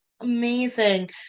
Amazing